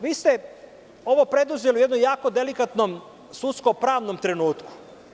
Vi ste ovo preduzeli u jednom jako delikatnom sudsko-pravnom trenutku.